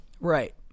Right